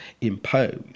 imposed